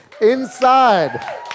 Inside